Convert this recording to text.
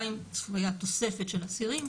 גם אם צפויה תוספת של אסירים,